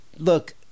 Look